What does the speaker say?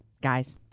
guys